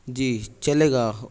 جی چلے گا